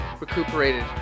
recuperated